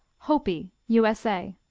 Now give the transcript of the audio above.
hopi u s a.